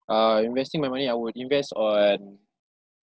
uh investing my money I would invest on